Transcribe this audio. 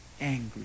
angry